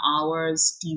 hour's